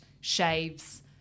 shaves